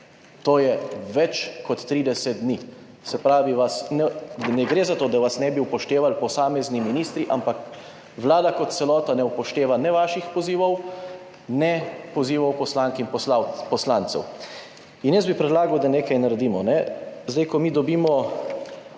to je več kot 30 dni. Se pravi, ne gre za to, da vas ne bi upoštevali posamezni ministri, ampak vlada kot celota ne upošteva ne vaših pozivov ne pozivov poslank in poslancev. In bi predlagal, da nekaj naredimo. Ko mi dobimo